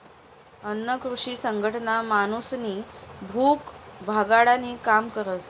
अन्न कृषी संघटना माणूसनी भूक भागाडानी काम करस